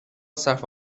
صرف